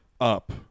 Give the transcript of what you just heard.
up